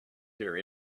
hear